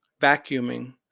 vacuuming